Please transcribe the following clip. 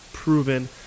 Proven